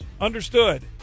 understood